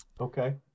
Okay